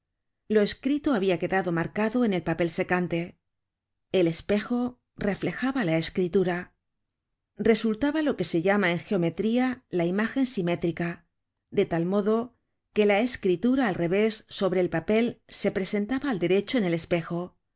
lo escrito habia quedado marcado en el papel secante el espejo reflejaba la escritura resultaba lo que se llama en geometría la imágen simétrica de tal modo que la escritura al revés sobre el papel se presentaba al derecho en el espejo